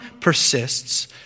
persists